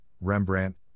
Rembrandt